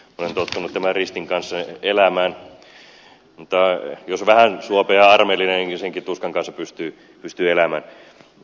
olen tottunut tämän ristin kanssa elämään mutta jos on vähän suopea ja armollinenkin niin senkin tuskan kanssa pystyy elämään